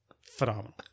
phenomenal